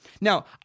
Now